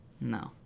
No